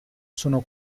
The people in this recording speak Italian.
sono